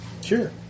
sure